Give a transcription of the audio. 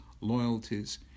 loyalties